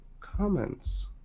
comments